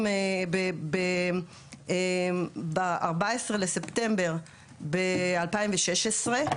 ב- 14 לספטמבר 2016,